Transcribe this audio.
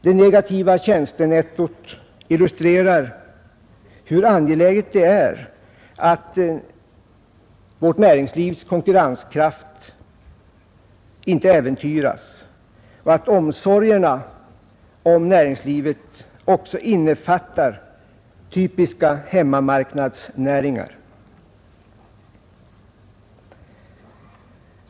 Det negativa tjänstenettot illustrerar hur angeläget det är att vårt näringslivs konkurrenskraft inte äventyras och att omsorgerna om näringslivet också innefattar typiska hemmamarknadsnäringar.